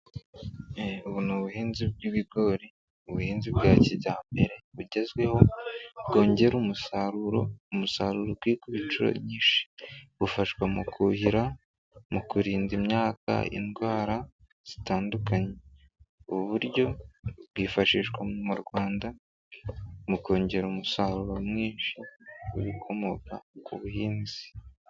Ubu n'ubuhinzi bw'ibigori, n'ubuhinzi bwa kijyambere bugezweho bwongera umusaruro, umusaruro ukikuba incuro nyinshi, bufashwa mu kuhira, mu kurinda imyaka indwara zitandukanye, ubu buryo bwifashishwa mu Rwanda mu kongera umusaruro mwinshi w'ibikomoka ku buhinzi.